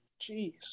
Jeez